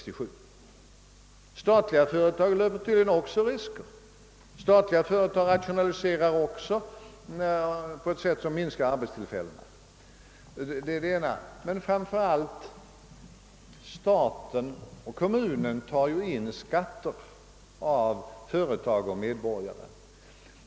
Också statliga företag löper tydligen risker och rationaliserar på ett sätt som minskar arbetstillfällena. Framför allt tar emellertid staten och kommunen in skatter av företag och medborgare.